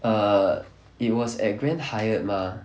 err it was at Grand Hyatt mah